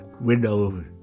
window